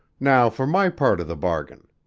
now for my part of the bargain,